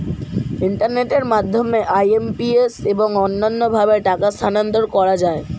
ইন্টারনেটের মাধ্যমে আই.এম.পি.এস এবং অন্যান্য ভাবে টাকা স্থানান্তর করা যায়